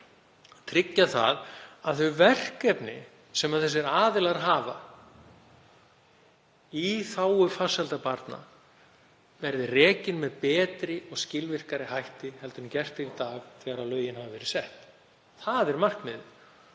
að tryggja það að þau verkefni sem þessir aðilar hafa í þágu farsældar barna verði rekin með betri og skilvirkari hætti en gert í dag þegar lögin hafa verið sett. Það er markmiðið.